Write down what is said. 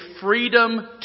freedom